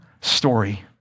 story